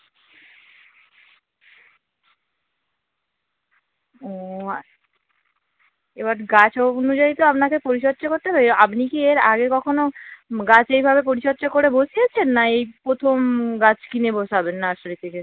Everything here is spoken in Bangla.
ও এবার গাছ ও অনুযায়ী তো আপনাকে পরিচর্চা করতে হবে তো আপনি কি এর আগে কখনো গাছ এইভাবে পরিচর্চা করে বসিয়েছেন না এই প্রথম গাছ কিনে বসাবেন নার্সারি থেকে